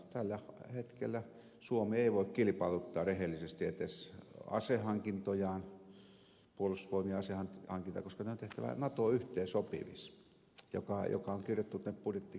tällä hetkellä suomi ei voi kilpailuttaa rehellisesti edes puolustusvoimien asehankintoja koska ne on tehtävä nato yhteensopiviksi mikä on kirjattu budjettikirjaan